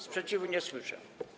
Sprzeciwu nie słyszę.